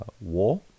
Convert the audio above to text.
war